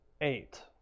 eight